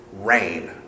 Rain